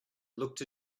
looked